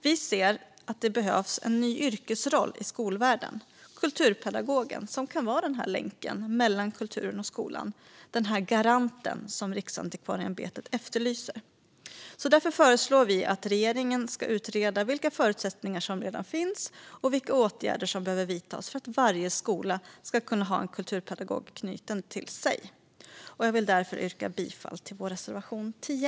Vi ser att det behövs en ny yrkesroll i skolvärlden, kulturpedagogen, som kan vara en länk mellan kulturen och skolan och den garant som Riksantikvarieämbetet efterlyser. Därför föreslår vi att regeringen ska utreda vilka förutsättningar som redan finns och vilka åtgärder som behöver vidtas för att varje skola ska kunna ha en kulturpedagog knuten till sig. Jag vill yrka bifall till vår reservation 10.